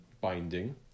binding